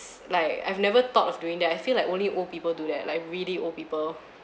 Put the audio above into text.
like I've never thought of doing that I feel like only old people do that like really old people